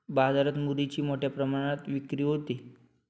बाजारात मुरीची मोठ्या प्रमाणात विक्री होते